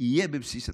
יהיה בבסיס התקציב.